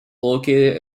located